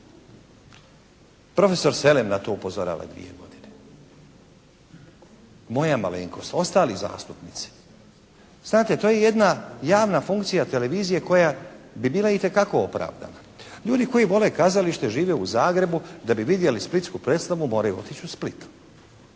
Profesor Selem na to upozorava dvije godine. Moja malenkost, ostali zastupnici. Znate to je jedna javna funkcija televizije koja bi bila itekako opravdana. Ljudi koji vole kazalište, žive u Zagrebu da bi vidjeli splitsku predstavu moraju otići u Split.